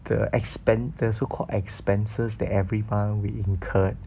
the expen~ the so-called expenses that every month we incurred